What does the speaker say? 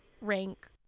rank